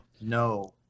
No